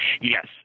Yes